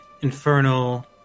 infernal